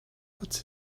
what’s